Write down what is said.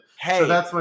Hey